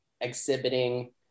exhibiting